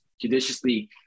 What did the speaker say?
judiciously